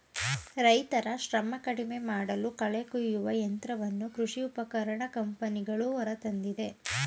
ರೈತರ ಶ್ರಮ ಕಡಿಮೆಮಾಡಲು ಕಳೆ ಕುಯ್ಯುವ ಯಂತ್ರವನ್ನು ಕೃಷಿ ಉಪಕರಣ ಕಂಪನಿಗಳು ಹೊರತಂದಿದೆ